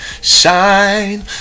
shine